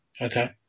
Okay